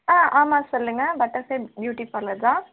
ஆ ஆமாம் சொல்லுங்க Butterfly beauty parlour தான்